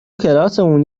کلاسمون